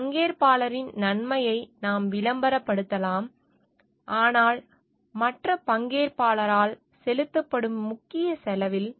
ஒரு பங்கேற்பாளரின் நன்மையை நாம் விளம்பரப்படுத்தலாம் ஆனால் மற்ற பங்கேற்பாளரால் செலுத்தப்படும் முக்கிய செலவில்